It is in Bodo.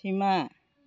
सैमा